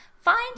Find